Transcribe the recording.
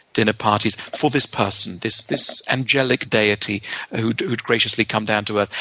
dinner parties, for this person, this this angelic deity who'd who'd graciously come down to earth.